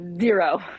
Zero